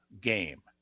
game